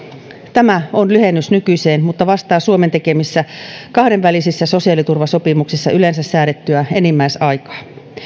tämä on lyhennys nykyiseen mutta vastaa suomen tekemissä kahdenvälisissä sosiaaliturvasopimuksissa yleensä säädettyä enimmäisaikaa